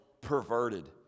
perverted